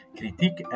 kritiek